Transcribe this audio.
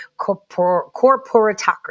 corporatocracy